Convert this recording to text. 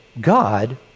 God